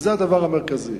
וזה הדבר המרכזי.